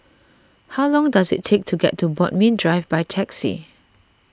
how long does it take to get to Bodmin Drive by taxi